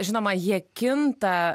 žinoma jie kinta